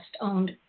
owned